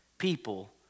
people